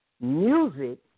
music